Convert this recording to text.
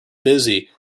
busy